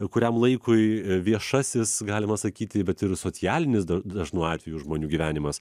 kuriam laikui viešasis galima sakyti bet ir socialinis da dažnu atveju žmonių gyvenimas